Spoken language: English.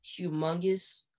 humongous